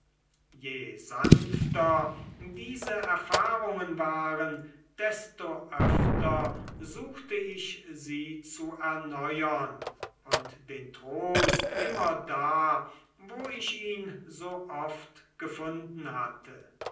je sanfter diese erfahrungen waren desto öfter suchte ich sie zu erneuern und den trost immer da wo ich ihn so oft gefunden hatte